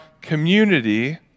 community